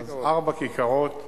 ארבע כיכרות.